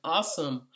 Awesome